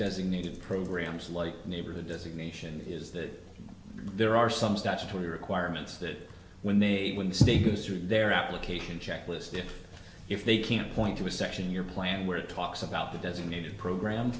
to programs like neighborhood designation is that there are some statutory requirements that when they when the state goes through their application checklist it if they can point to a section in your plan where it talks about the designated program